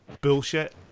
bullshit